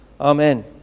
Amen